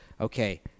okay